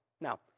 Now